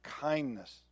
kindness